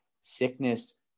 sickness